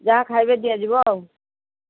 ଯାହା ଖାଇବେ ଦିଆଯିବ ଆଉ